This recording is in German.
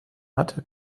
hatte